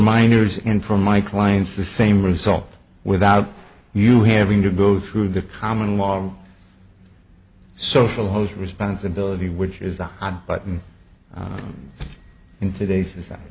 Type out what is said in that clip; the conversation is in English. miners and from my clients the same result without you having to go through the common law social host responsibility which is a hot button in today's society